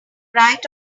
right